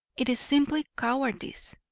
it is simply cowardice,